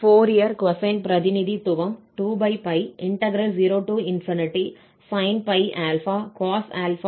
Fourier cosine பிரதிநிதித்துவம் 20sin π∝cos∝x d∝ ஆகும்